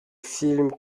film